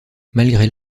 malgré